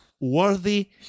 worthy